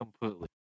completely